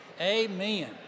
Amen